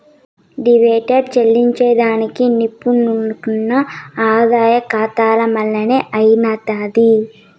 dividend చెల్లింజేదానికి నిలుపుకున్న ఆదాయ కాతాల మల్లనే అయ్యితాది